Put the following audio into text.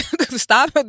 stop